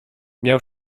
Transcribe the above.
miał